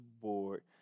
board